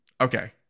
Okay